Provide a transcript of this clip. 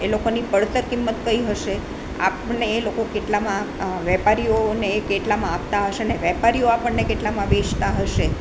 એ લોકોની પડતર કિંમત કઈ હશે આપણને એ લોકો કેટલામાં વેપારીઓને એ કેટલામાં આપતા હશે અને વેપારીઓ આપણને કેટલામાં વેચતા હશે